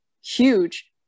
huge